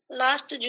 last